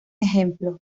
ejemplo